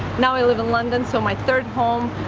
now i live in london, so my third home.